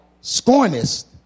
scornest